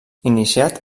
iniciat